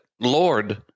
Lord